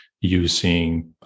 using